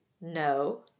No